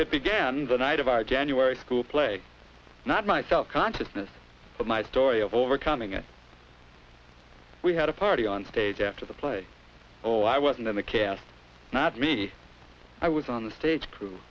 it began the night of our january school play not myself consciousness of my story of overcoming it we had a party on stage after the play oh i wasn't in the cast not me i was on the stage